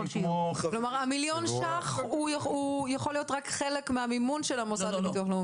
כלומר המליון ש"ח הוא יכול להיות רק חלק מהמימון של המוסד לביטוח לאומי.